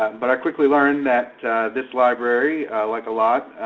but i quickly learned that this library, like a lot,